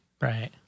Right